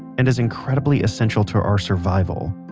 and is incredibly essential to our survival.